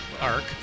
arc